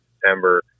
september